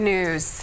News